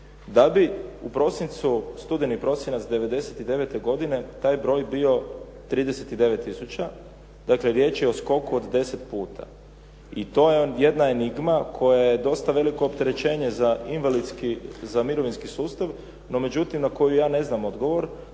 da bi u prosincu, studeni/prosinac '99. godine taj broj bio 39000. Dakle, riječ je o skoku od 10 puta i to je jedna enigma koja je dosta veliko opterećenje za invalidski, za mirovinski sustav. No međutim, na koju ja ne znam odgovor,